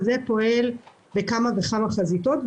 זה פועל בכמה וכמה חזיתות,